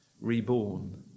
reborn